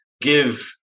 give